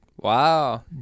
Wow